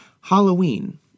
Halloween